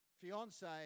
fiance